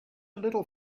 little